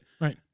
Right